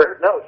No